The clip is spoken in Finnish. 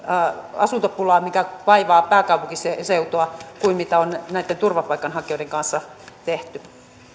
asuntopulaan joka vaivaa pääkaupunkiseutua kuin mitä on näitten turvapaikanhakijoiden kanssa tehty